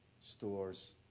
stores